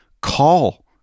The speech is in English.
call